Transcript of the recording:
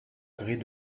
grès